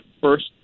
first